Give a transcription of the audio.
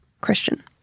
Christian